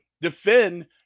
defend